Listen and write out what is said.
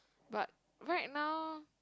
but right now